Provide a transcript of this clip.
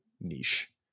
niche